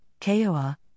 KOR